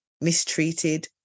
mistreated